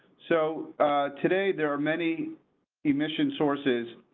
so today there are many emission sources.